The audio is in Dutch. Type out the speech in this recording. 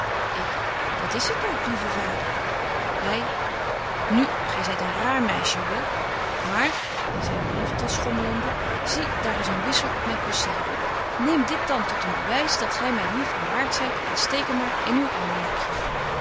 ik dat is het ook lieve vader hy nu gy zyt een raar meisje hoor maar in zyne brieventas schommelende zie daar is een wissel op myn cassier neem dit dan tot een bewys dat gy my lief en waart zyt en steek hem maar in uw